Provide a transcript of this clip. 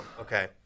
Okay